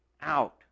out